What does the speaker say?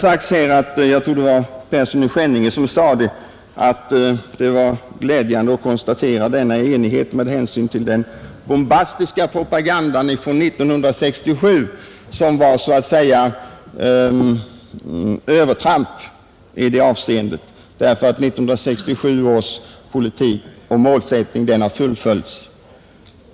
Jag tror det var herr Persson i Skänninge som sade att den enighet som råder var glädjande att konstatera med hänsyn till den bombastiska propagandan 1967, som var så att säga ett övertramp eftersom 1967 års politik och målsättning har fullföljts.